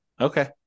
Okay